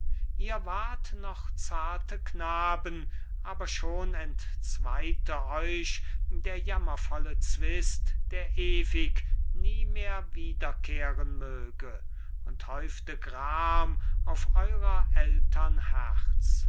ihr wart noch zarte knaben aber schon entzweite euch der jammervolle zwist der ewig nie mehr wiederkehren möge und häufte gram auf eurer eltern